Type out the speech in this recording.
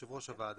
כיושב ראש הוועדה,